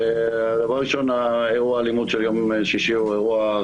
דבר ראשון אירוע האלימות של יום שישי הוא אירוע,